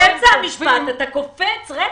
משפט ואתה קופץ.